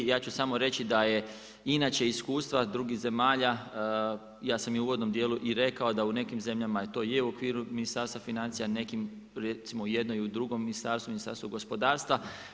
Ja ću samo reći da je inače iskustva drugih zemalja, ja sam u uvodnom dijelu i rekao da u nekim zemljama to je u okviru Ministarstva financija, nekim recimo u jednom i drugom ministarstvu, Ministarstvu gospodarstva.